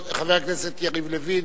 חבר הכנסת יריב לוין,